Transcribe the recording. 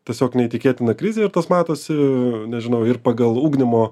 tiesiog neįtikėtina krizė ir tas matosi nežinau ir pagal ugdymo